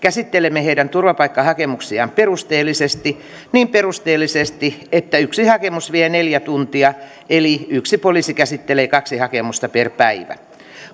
käsittelemme heidän turvapaikkahakemuksiaan perusteellisesti niin perusteellisesti että yksi hakemus vie neljä tuntia eli yksi poliisi käsittelee kaksi hakemusta per päivä